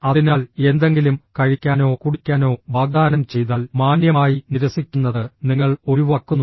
അതിനാൽ എന്തെങ്കിലും കഴിക്കാനോ കുടിക്കാനോ വാഗ്ദാനം ചെയ്താൽ മാന്യമായി നിരസിക്കുന്നത് നിങ്ങൾ ഒഴിവാക്കുന്നു